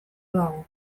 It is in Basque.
dago